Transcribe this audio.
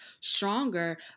stronger